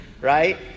Right